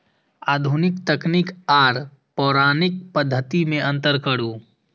आधुनिक तकनीक आर पौराणिक पद्धति में अंतर करू?